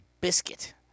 biscuit